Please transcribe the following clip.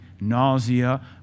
nausea